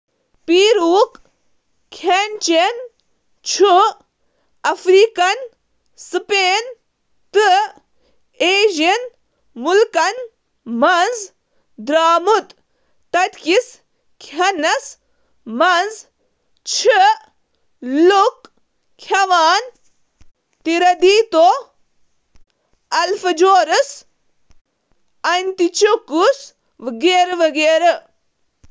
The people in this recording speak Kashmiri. پیرو کیٚن کھیٚنن ہٕنٛدۍ ژور رٮ۪وٲیتی سٹیپل چھ مکایہ، آلو تہٕ باقی کند، امارانتھیسی ,کوئنوا، کانیوا تہٕ کیویچا ، تہٕ پھلیاں, پھلۍ تہٕ لوپن ۔ ہسپانوی طرفہٕ اننہٕ آمتیٚن سٹیپلن منٛز چھ توٚمُل، کٔنٕک تہٕ ماز ,بیف، سورٕ ماز تہٕ چکن, شٲمل۔